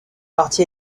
parti